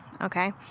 Okay